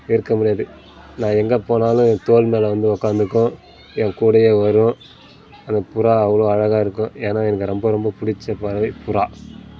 இருக்க முடியாது நான் எங்கே போனாலும் என் தோள் மேலே வந்து உக்காந்துக்கும் என் கூடேயே வரும் அந்த புறா அவ்வளோ அழகாக இருக்கும் ஏன்னால் எனக்கு ரொம்ப ரொம்ப பிடிச்ச பறவை புறா